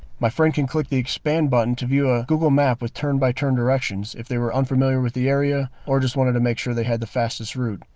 my friend can click the expand button to view a google map with turn-by-turn directions if they were unfamiliar with the area or just to make sure they had the fastest route.